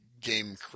game